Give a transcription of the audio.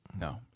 No